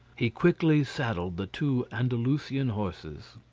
he quickly saddled the two andalusian horses.